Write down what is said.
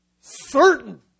certain